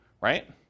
right